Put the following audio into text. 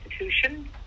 institution